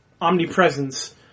omnipresence